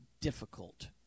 difficult